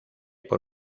por